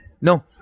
No